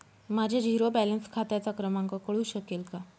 माझ्या zero balance खात्याचा क्रमांक कळू शकेल का?